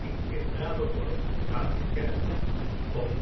engendrado por hamskerper con